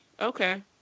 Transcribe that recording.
Okay